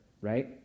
right